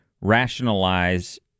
rationalize